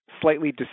slightly